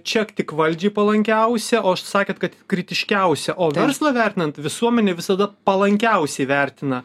čia tik valdžiai palankiausia o sakėt kad kritiškiausia o verslą vertinant visuomenė visada palankiausiai vertina